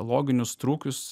loginius trūkius